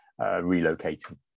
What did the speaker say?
relocating